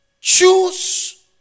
choose